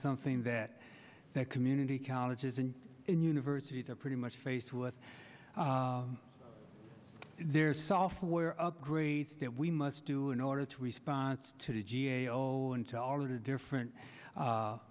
something that the community colleges and universities are pretty much faced with their software upgrades that we must do in order to response to the g a o and to all the different